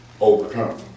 Overcome